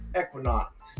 equinox